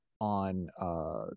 on